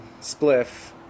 spliff